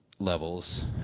levels